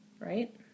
right